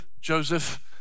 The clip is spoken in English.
Joseph